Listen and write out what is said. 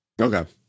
Okay